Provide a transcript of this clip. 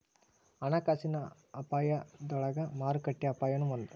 ಹಣಕಾಸಿನ ಅಪಾಯದೊಳಗ ಮಾರುಕಟ್ಟೆ ಅಪಾಯನೂ ಒಂದ್